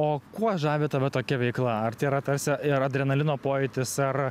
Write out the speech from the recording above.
o kuo žavi tave tokia veikla ar tai yra tarsi ir adrenalino pojūtis ar